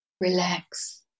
Relax